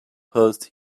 post